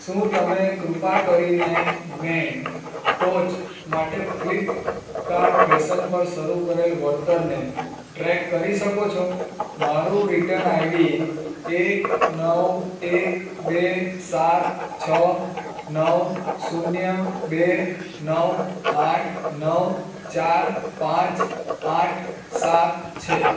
શું તમે કૃપા કરીને મેં ટોચ માટે ફ્લિપ કાર્ડ ફેશન પર શરૂ કરેલ વળતરને ટ્રેક કરી શકો છો મારુ રિટન આઈડી એક નવ એક બે સાત છ નવ શૂન્ય બે નવ આઠ નવ ચાર પાંચ આઠ સાત છે